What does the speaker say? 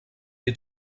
est